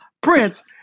Prince